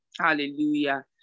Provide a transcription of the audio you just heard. Hallelujah